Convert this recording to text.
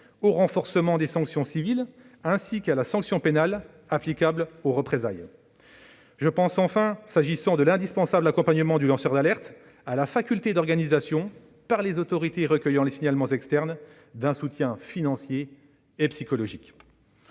au renforcement des sanctions civiles, ainsi qu'à la sanction pénale applicable aux représailles. Je pense enfin, s'agissant de l'indispensable accompagnement du lanceur d'alerte, à la faculté, pour les autorités recueillant les signalements externes, d'organiser un soutien financier et psychologique.